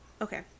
okay